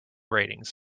ratings